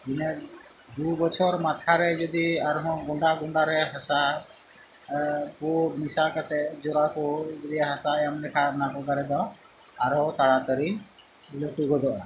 ᱤᱟᱱᱹ ᱫᱩ ᱵᱚᱪᱷᱚᱨ ᱢᱟᱛᱷᱟᱨᱮ ᱡᱚᱫᱤ ᱟᱨᱦᱚᱸ ᱜᱚᱸᱰᱟ ᱜᱚᱸᱰᱟ ᱨᱮ ᱦᱟᱥᱟ ᱯᱩ ᱢᱮᱥᱟ ᱠᱟᱛᱮᱫ ᱡᱚᱨᱟᱠᱚ ᱡᱚᱫᱤ ᱦᱟᱥᱟ ᱮᱢ ᱞᱮᱠᱷᱟᱱ ᱚᱱᱟᱠᱚ ᱫᱟᱨᱮᱫᱚ ᱟᱨᱚ ᱛᱟᱲᱟ ᱛᱟᱹᱲᱤ ᱞᱟᱹᱴᱩ ᱜᱚᱫᱚᱜᱼᱟ